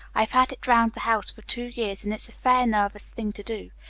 i've had it round the house for two years, and it's a fair nervous thing to do.